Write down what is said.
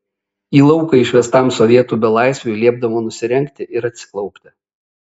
į lauką išvestam sovietų belaisviui liepdavo nusirengti ir atsiklaupti